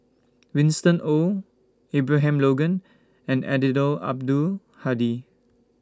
Winston Oh Abraham Logan and Eddino Abdul Hadi